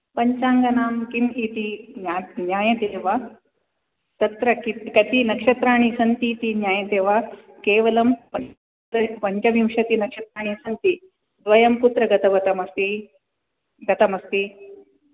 पञ्चाङ्गानां किम् इति ज्ञा ज्ञायते वा तत्र कति नक्षत्राणि सन्ति इति ज्ञायते वा केवलं पञ्च पञ्चविंशतिनक्षत्राणि सन्ति द्वयं कुत्र गतवतमस्ति गतमस्ति